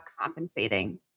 compensating